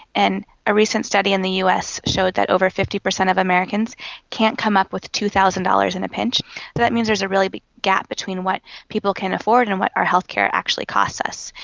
and a recent study in the us showed that over fifty per cent of americans can't come up with two thousand dollars in a pinch, so that means there's a really big gap between what people can afford and what our healthcare actually costs us.